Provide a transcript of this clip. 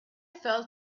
fell